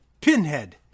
pinhead